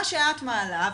מה שאת מעלה,